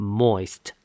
moist